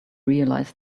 realize